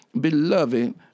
Beloved